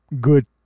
good